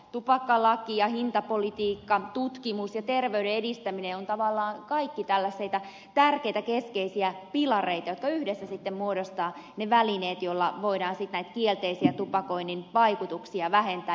tupakkalaki ja hintapolitiikka tutkimus ja terveyden edistäminen ovat tavallaan kaikki tällaisia tärkeitä keskeisiä pilareita jotka yhdessä muodostavat ne välineet joilla voidaan sitten näitä kielteisiä tupakoinnin vaikutuksia vähentää